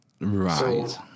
Right